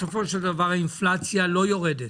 בסופו של דבר, האינפלציה לא יורדת,